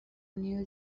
new